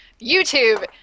YouTube